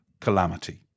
calamity